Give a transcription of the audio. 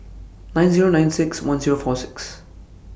nine Zero nine six one Zero four six